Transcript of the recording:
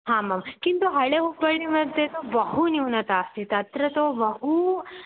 हम् आं किन्तु हळेहुपड मध्ये तु बहु न्यूनता अस्ति अत्र तु बहु